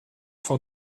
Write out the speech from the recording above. for